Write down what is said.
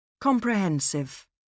Comprehensive